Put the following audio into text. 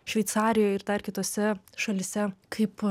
šveicarijoj ir dar kitose šalyse kaip